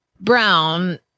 brown